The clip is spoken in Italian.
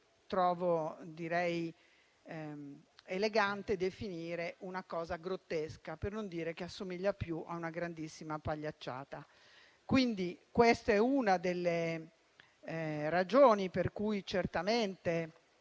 trovo elegante definire una cosa grottesca, per non dire che assomiglia più a una grandissima pagliacciata. Questa è una delle ragioni per cui certamente